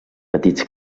petits